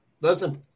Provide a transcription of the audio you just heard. Listen